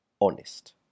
honest